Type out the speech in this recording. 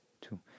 two